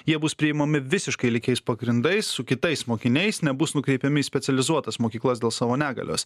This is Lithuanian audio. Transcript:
jie bus priimami visiškai lygiais pagrindais su kitais mokiniais nebus nukreipiami į specializuotas mokyklas dėl savo negalios